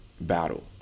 battle